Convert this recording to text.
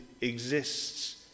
exists